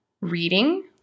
reading